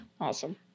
Awesome